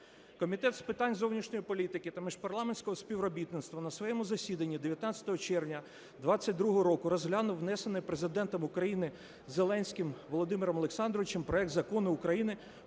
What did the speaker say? Комітет з питань зовнішньої політики та міжпарламентського співробітництва на своєму засіданні 19 червня 2022 року розглянув внесений Президентом України Зеленським Володимиром Олександровичем проект Закону України